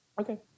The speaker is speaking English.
Okay